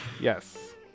Yes